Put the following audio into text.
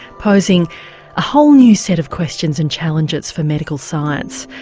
posing a whole new set of questions and challenges for medical science.